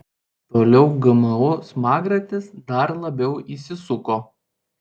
toliau gmo smagratis dar labiau įsisuko